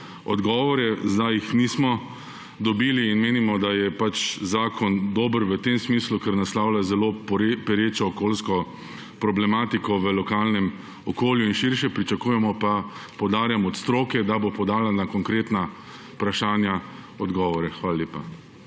odgovore. Zdaj jih nismo dobili in menimo, da je zakon dober v tem smislu, da naslavlja zelo perečo okoljsko problematiko v lokalnem okolju in širše. Pričakujemo pa, poudarjam, od stroke, da bo podala na konkretna vprašanja odgovore. Hvala lepa.